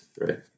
right